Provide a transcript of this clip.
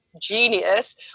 genius